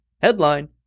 Headline